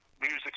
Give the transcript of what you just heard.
music